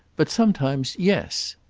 but sometimes yes.